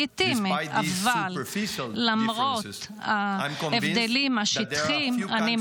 אבל אתם יכולים לשאול, בצדק, כיצד זה שבין שתי